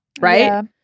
Right